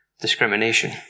discrimination